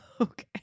Okay